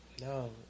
no